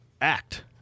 act